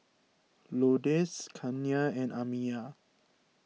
Lourdes Kenna and Amiya